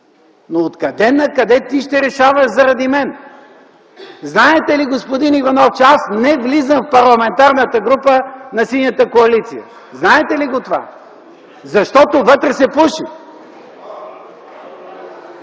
но откъде накъде ти ще решаваш заради мен? Знаете ли, господин Иванов, че аз не влизам в Парламентарната група на Синята коалиция? Знаете ли го това? Защото вътре се пуши!